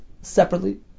separately